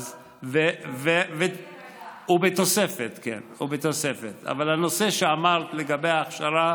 זה יש הרבה מאוד השגות, אבל נשאיר את זה רגע בצד,